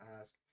ask